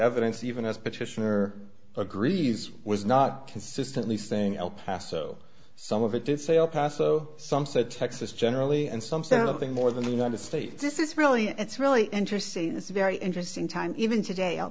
evidence even as petitioner agrees was not consistently saying el paso some of it did sail past so some said texas generally and some sort of thing more than the united states this is really it's really interesting it's very interesting time even today i'll